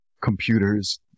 computers